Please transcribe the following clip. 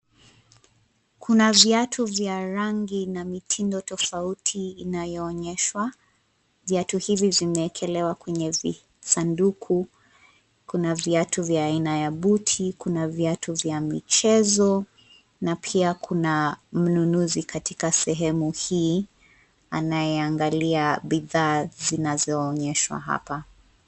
Kuna viatu vya rangi na mtindo tofauti inayoonyeshwa. Viatu hivi vimeekelewa kwenye visanduku. Kuna viatu vya aina ya buti, kuna viatu vya michezo na pia kuna mnunuzi katika sehemu hii, anayeangalia bidhaa zinazo onyeshwa hapa.